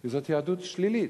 כי זאת יהדות שלילית.